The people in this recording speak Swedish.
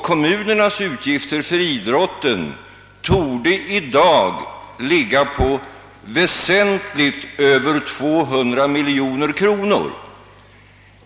Kommunernas utgifter för idrotten torde i dag uppgå till väsentligt över 200 miljoner kronor.